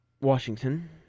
Washington